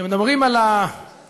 כשמדברים על הBDS-,